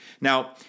Now